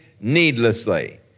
needlessly